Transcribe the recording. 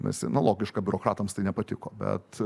nes nu logiška biurokratams tai nepatiko bet